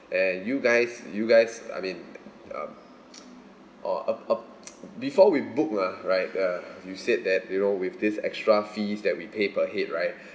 and you guys you guys I mean um or uh uh before we booked ah right uh you said that you know with this extra fees that we pay per head right